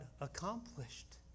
accomplished